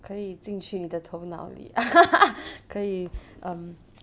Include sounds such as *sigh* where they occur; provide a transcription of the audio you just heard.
可以进去你的头脑里 *laughs* 可以 um